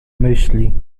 myśli